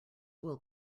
will